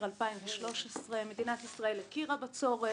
בשנת 2013 מדינת ישראל הכירה בצורך.